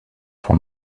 for